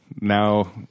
now